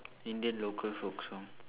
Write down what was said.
Indian local folk song